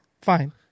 fine